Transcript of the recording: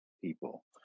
people